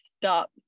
stop